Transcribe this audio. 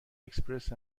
اکسپرس